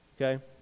Okay